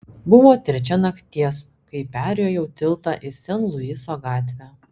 buvo trečia nakties kai perjojau tiltą į sen luiso gatvę